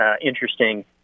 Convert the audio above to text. interesting